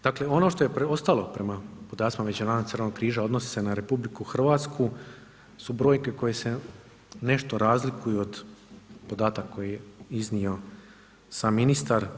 Dakle, ono što je preostalo prema podacima Međunarodnog Crvenog križa odnosi se na RH su brojke koje se nešto razliku od podataka koje je iznio sam ministar.